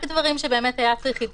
רק דברים שבאמת היה צריך עדכון שלהם.